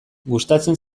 gustatzen